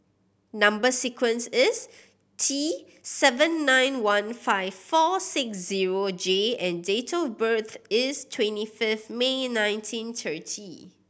number sequence is T seven nine one five four six zero J and date of birth is twenty fifth May nineteen thirty